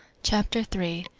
chapter three.